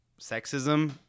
sexism